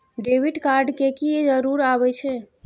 Debit card के की जरूर आवे छै?